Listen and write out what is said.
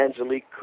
Angelique